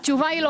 התשובה היא לא.